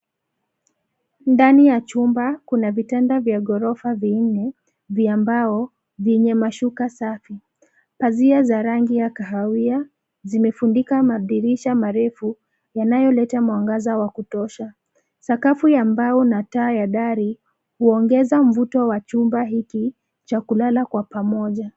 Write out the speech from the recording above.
Ndani ya chumba kuna vitanda vya ghorofa vinne vya mbao vyenye mashuka safi. Pazia za rangi ya kahawia zimefunika madirisha marefu yanayoleta mwangaza wa kutosha. Sakafu ya mbao na taa ya dari huongeza mvuto wa chumba hiki cha kulala kwa pamoja.